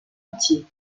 entier